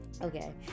Okay